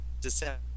December